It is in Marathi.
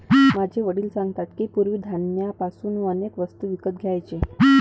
माझे वडील सांगतात की, पूर्वी धान्य पासून अनेक वस्तू विकत घ्यायचे